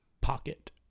Pocket